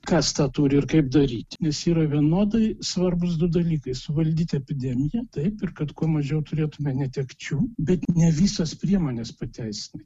kas tą turi ir kaip daryti nes yra vienodai svarbūs du dalykai suvaldyti epidemiją taip ir kad kuo mažiau turėtume netekčių bet ne visos priemonės pateisina